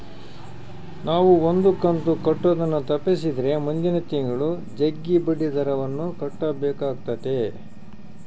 ನಾವು ಒಂದು ಕಂತು ಕಟ್ಟುದನ್ನ ತಪ್ಪಿಸಿದ್ರೆ ಮುಂದಿನ ತಿಂಗಳು ಜಗ್ಗಿ ಬಡ್ಡಿದರವನ್ನ ಕಟ್ಟಬೇಕಾತತೆ